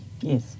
Yes